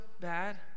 bad